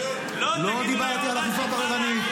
לא דיברתי על אכיפה בררנית,